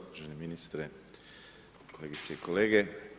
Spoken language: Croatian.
Uvaženi ministre, kolegice i kolege.